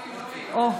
אוה,